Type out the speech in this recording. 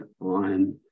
on